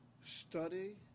study